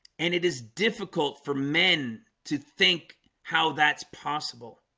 and it is difficult for men to think how that's possible